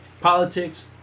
Politics